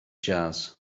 jazz